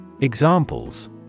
Examples